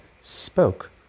spoke